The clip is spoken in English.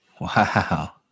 wow